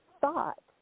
thought